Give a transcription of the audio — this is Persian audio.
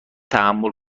تحمل